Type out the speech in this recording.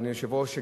אדוני היושב-ראש,